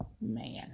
Man